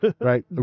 right